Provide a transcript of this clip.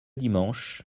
dimanche